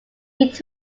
meet